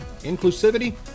Inclusivity